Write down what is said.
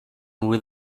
will